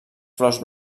flors